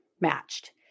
Matched